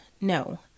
no